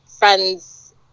Friends